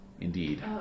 Indeed